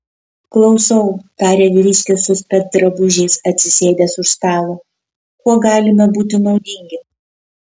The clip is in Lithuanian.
klausau tarė vyriškis su specdrabužiais atsisėdęs už stalo kuo galime būti naudingi